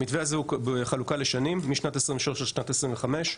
המתווה הזה הוא בחלוקה לשנים משנת 2023 עד לשנת 2025,